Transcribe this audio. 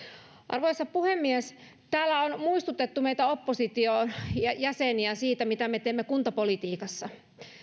arvoisa puhemies täällä on muistutettu meitä opposition jäseniä siitä mitä me teemme kuntapolitiikassa